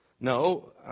No